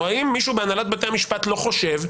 או האם מישהו בהנהלת בתי המשפט לא חושב,